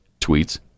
tweets